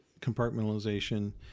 compartmentalization